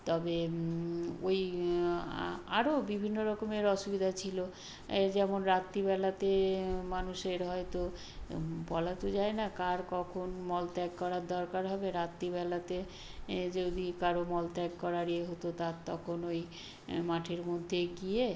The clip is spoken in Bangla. তবে ওই আরও বিভিন্ন রকমের অসুবিধা ছিলো এই যেমন রাত্রিবেলাতে মানুষের হয়তো বলা তো যায় না কার কখন মল ত্যাগ করার দরকার হবে রাত্রিবেলাতে এ যদি কারো মল ত্যাগ করার ইয়ে হতো তার তখন ওই মাঠের মধ্যে গিয়ে